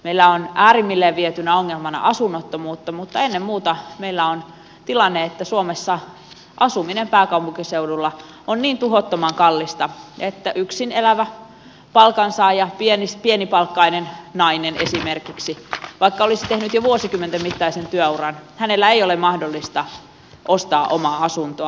meillä on äärimmilleen vietynä ongelmana asunnottomuutta mutta ennen muuta meillä on tilanne että suomessa asuminen pääkaupunkiseudulla on niin tuhottoman kallista että yksin elävän palkansaajan esimerkiksi pienipalkkaisen naisen vaikka olisi tehnyt jo vuosikymmenten mittaisen työuran ei ole mahdollista ostaa omaa asuntoa